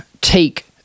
take